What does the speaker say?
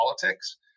politics